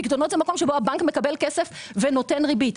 פיקדונות זה מקום שבו הבנק מקבל כסף, ונותן ריבית.